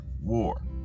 war